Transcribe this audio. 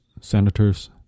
senators